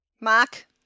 Mark